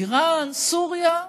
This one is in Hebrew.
איראן, סוריה?